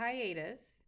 hiatus